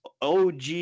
OG